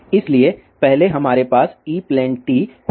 इसलिए पहले हमारे पास ई प्लेन टी होगा